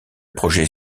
projet